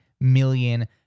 million